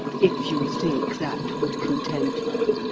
if you think that would content her!